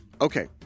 Okay